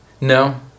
no